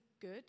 good